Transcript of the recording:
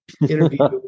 interview